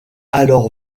alors